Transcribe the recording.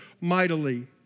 mightily